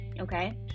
okay